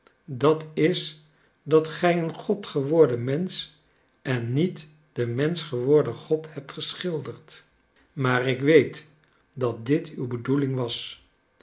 dat is dat gij een god geworden mensch en niet den mensch geworden god hebt geschilderd maar ik weet dat dit uw bedoeling was